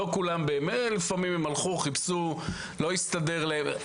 לפעמים הם הלכו וחיפשו ולא הסתדר להם.